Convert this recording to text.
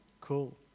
Cool